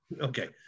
Okay